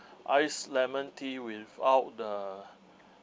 ice lemon tea without the